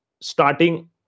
starting